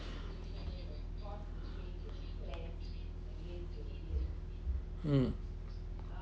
mm